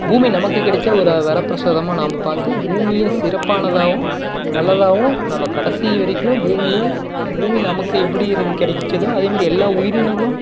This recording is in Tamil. பூமி நமக்கு கிடைத்த ஒரு வரப்பிரசாதமாக நாம் பார்த்து பூமியை சிறப்பானதாகவும் நல்லதாகவும் நம்ம கடைசி வரைக்யிலும் பூமியை பூமி நமக்கு எப்படி இருது கிடச்சதோ அதே மாதிரி எல்லா உயிரினங்களும்